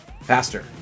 faster